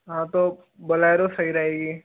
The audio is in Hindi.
हाँ तो बुलेरो सही रहेगी